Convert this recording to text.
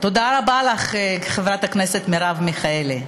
תודה רבה לך, חברת הכנסת מרב מיכאלי.